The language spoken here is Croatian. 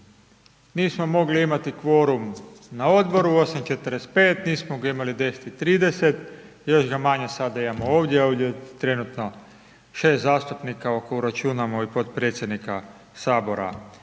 nismo mogli imati kvorum na odboru u 8,45, nismo ga imali u 10,30, još ga manje sada imamo ovdje, ovdje je trenutno 6 zastupnika ako računamo i potpredsjednika Sabora